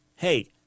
hey